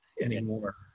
anymore